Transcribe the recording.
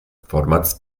formats